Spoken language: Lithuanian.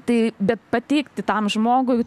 tai bet pateikti tam žmogui